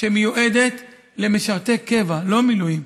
שמיועדת למשרתי קבע ולא מילואים.